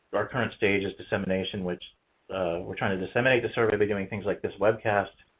our current stage is dissemination, which we're trying to disseminate the survey by doing things like this webcast.